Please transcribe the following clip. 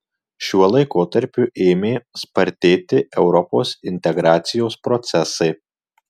šiuo laikotarpiu ėmė spartėti europos integracijos procesai